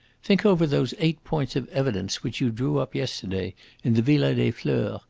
think over those eight points of evidence which you drew up yesterday in the villa des fleurs,